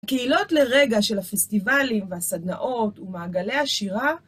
קהילות לרגע של הפסטיבלים והסדנאות ומעגלי השירה